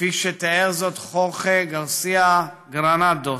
כפי שתיאר זאת חורחה גרסיה גרנדוס,